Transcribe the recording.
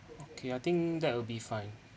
okay I think that will be fine